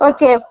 Okay